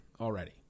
already